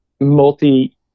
multi